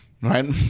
right